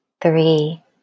three